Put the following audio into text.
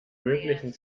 möglichen